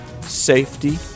safety